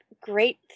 great